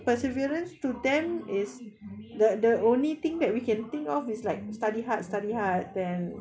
perseverance to them is the the only thing that we can think of is like study hard study hard then